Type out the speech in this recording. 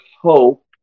hope